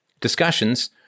discussions